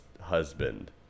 husband